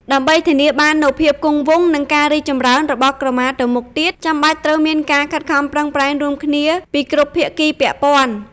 ដើម្បីធានានូវភាពគង់វង្ស និងការរីកចម្រើនរបស់ក្រមាទៅមុខទៀត ចាំបាច់ត្រូវមានការខិតខំប្រឹងប្រែងរួមគ្នាពីគ្រប់ភាគីពាក់ព័ន្ធ។